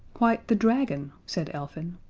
why, the dragon, said elfin.